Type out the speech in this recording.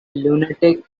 lunatic